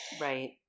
right